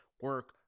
Work